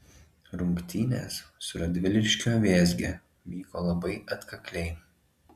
rungtynės su radviliškio vėzge vyko labai atkakliai